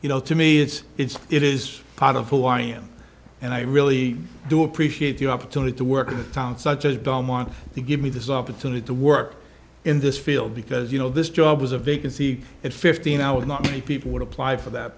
you know to me it's it's it is part of who i am and i really do appreciate the opportunity to work and towns such as don't want to give me this opportunity to work in this field because you know this job was a vacancy at fifteen i was not many people would apply for that